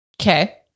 Okay